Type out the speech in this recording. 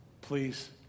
please